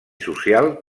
social